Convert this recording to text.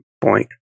point